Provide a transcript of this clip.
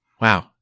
Wow